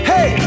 Hey